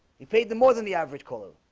he paid them more than the average collar.